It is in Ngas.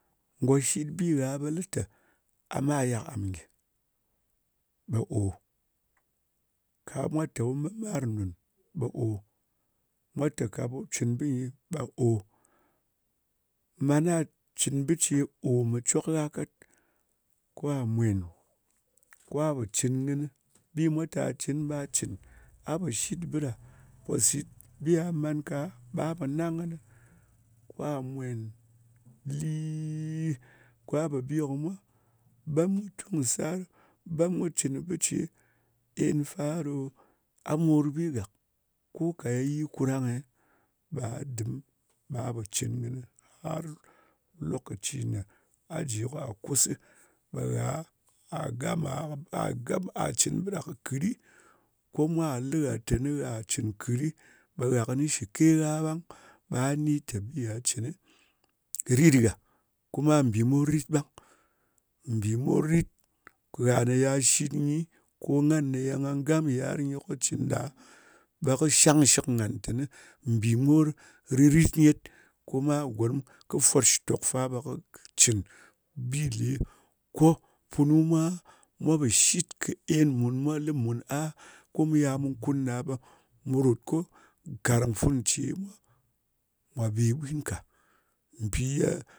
Go shit bi gha ɓa lita a mat a yak am gyi, ɓa o, ka mwa lita a mat am nun, ɓa o, mwa ta ka u cin binyi o, mana cin bicā ko cin cok gha kat, ko a mwen a pa cin kɨni bin mwa a cin. A pa shit biɗa posit bigha a man ka, a pannang kɨni, kwa a mwen lii ɓam khi tun kɨ sar, ɓam u cin bije ēnfa a ɗo a morbi gak ko ka yi kurang'eh, ɓa a dim, ɓa a pa ciin kɨni har lokacin a ji a kus ɓa gha a gama cin kɨ biɗa ko mwa ligha a cin kɨt ghi, ɓa shike gha ɓang ɓa a ni ta bi gha cin gha, rit gha. Kuma bi mor rit bang, mbi mor rit ko ye na shit nyi ko ghan ye gam year nyi cin ɗa ɓa kɨ shang shik ghan tani mbi mor rit rit gyet. Koma gurum kɨ fot shitor fa ɓa kɨ cin bi le ko punu mwa mwa pa shit en mun ma li mun a ko mu yal mu kun a ɓan. Mur ok ko karam funu ce mwa be bwin ka mpi ye